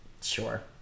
Sure